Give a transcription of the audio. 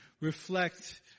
reflect